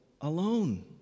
alone